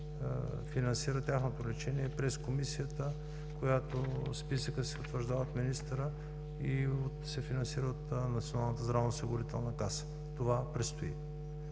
финансира през Комисията, в която списъкът се утвърждава от министъра и се финансира от Националната здравноосигурителна каса. Това предстои